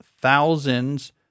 thousands